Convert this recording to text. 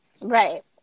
right